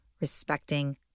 respecting